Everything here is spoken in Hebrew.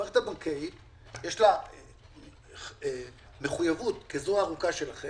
למערכת הבנקאית יש מחויבות כזרוע הארוכה שלכם